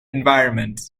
environment